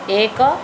ଏକ